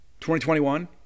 2021